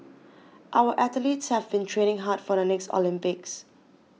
our athletes have been training hard for the next Olympics